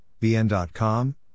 BN.com